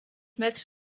mets